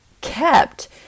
kept